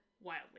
wildly